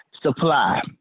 supply